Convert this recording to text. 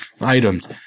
items